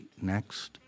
next